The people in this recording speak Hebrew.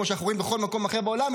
כמו שאנחנו רואים בכל מקום אחר בעולם,